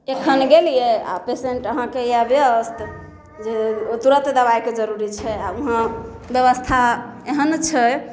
एखन गेलियै आ पेसेंट अहाँके यऽ ब्यस्त जे ओ तुरत दबाइके जरूरी छै आ उहाँ व्यवस्था एहन छै